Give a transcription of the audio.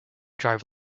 drive